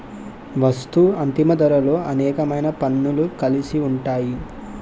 వస్తూ అంతిమ ధరలో అనేకమైన పన్నులు కలిసి ఉంటాయి